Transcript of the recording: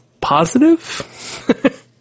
positive